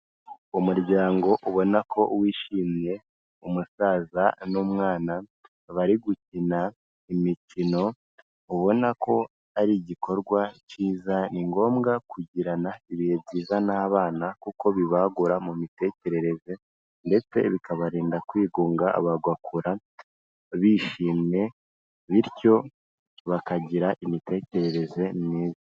Umuryango ubona ko wishimiye, umusaza n'umwana bari gukina imikino, ubona ko ari igikorwa cyiza, ni ngombwa kugirana ibihe byiza n'abana, kuko bibagura mu mitekerereze, ndetse bikabarinda kwigunga, bagakura bishimye, bityo bakagira imitekerereze myiza.